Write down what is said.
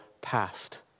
past